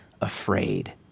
afraid